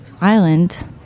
island